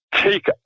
take